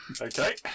Okay